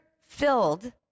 filled